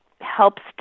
helps